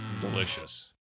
delicious